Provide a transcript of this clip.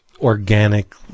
organic